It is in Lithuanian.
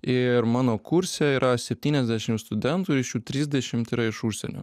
ir mano kurse yra septyniasdešim studentų iš jų trisdešimt yra iš užsienio